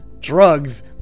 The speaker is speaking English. Drugs